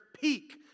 peak